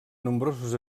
nombrosos